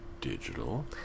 digital